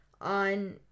on